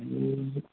आणि